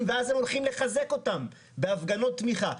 ואז הם הולכים לחזק אותם בהפגנות תמיכה?